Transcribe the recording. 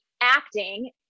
acting